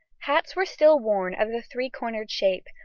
hats were still worn of the three-cornered shape,